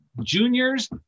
juniors